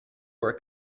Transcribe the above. were